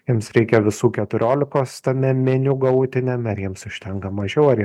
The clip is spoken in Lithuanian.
jiems reikia visų keturiolikos tame meniu galutiniam ar jiems užtenka mažiau ar